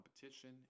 competition